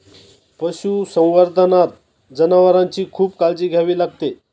पशुसंवर्धनात जनावरांची खूप काळजी घ्यावी लागते